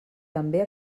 també